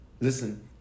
Listen